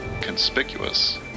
conspicuous